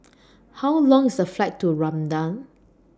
How Long IS The Flight to Rwanda